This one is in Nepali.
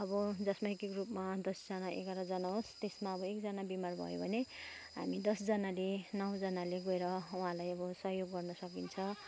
अब जसमा एक एक ग्रुपमा दसजना एघारजना होस् त्यसमा एकजना बिमार भयो भने हामी दसजनाले नौजनाले गएर उहाँलाई अब सहयोग गर्न सकिन्छ